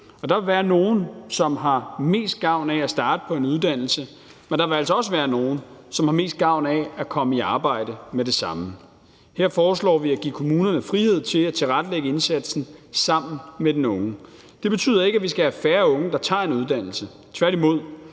der vil være nogle, som har mest gavn af at starte på en uddannelse, men der vil altså også være nogle, som har mest gavn af at komme i arbejde med det samme. Her foreslår vi at give kommunerne frihed til at tilrettelægge indsatsen sammen med den unge. Det betyder ikke, at vi skal have færre unge, der tager en uddannelse, tværtimod.